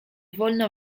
wolno